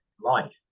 life